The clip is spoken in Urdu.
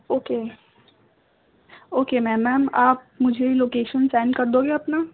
اوکے اوکے میم میم آپ مجھے لوکیشن سینڈ کر دو گے اپنا